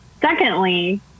Secondly